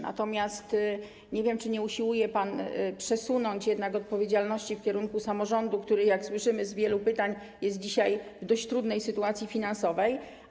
Natomiast nie wiem, czy nie usiłuje pan przesunąć odpowiedzialności w kierunku samorządu, który, jak słyszymy w wielu pytaniach, jest dzisiaj w dość trudnej sytuacji finansowej.